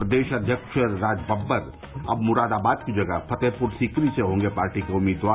प्रदेश अध्यक्ष राज बब्बर अब मुरादाबाद की जगह फतेहपुर सीकरी से होंगे पार्टी के उम्मीदवार